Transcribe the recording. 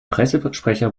pressesprecher